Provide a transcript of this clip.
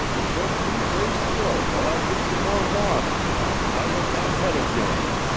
just you lay still while i git some more water, an' i'll tie up that head of yourn.